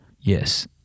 yes